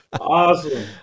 awesome